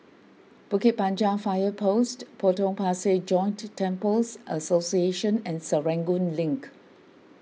Bukit Panjang Fire Post Potong Pasir Joint Temples Association and Serangoon Link